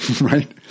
right